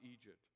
Egypt